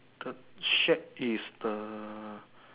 the shack is the